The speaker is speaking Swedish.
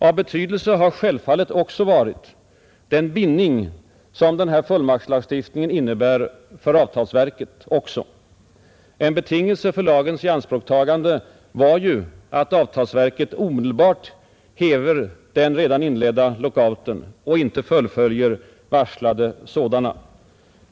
Av betydelse har självfallet också varit den bindning som fullmaktslagstiftningen innebär för avtalsverket. En betingelse för lagens ianspråktagande var ju att avtalsverket omedelbart häver den redan inledda lockouten och inte fullföljer varslade sådana.